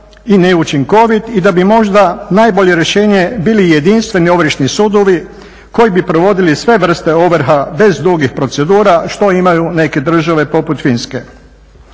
i neučinkovit i da bi možda najbolje rješenje bili jedinstveni ovršni sudovi koji bi provodili sve vrste ovrha bez dugih procedura što imaju neke države poput Finske.